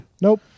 Nope